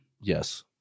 Yes